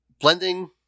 blending